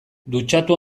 dutxatu